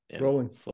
Rolling